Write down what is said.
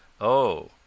Oh